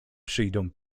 przyjdą